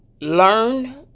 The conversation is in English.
learn